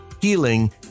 HEALING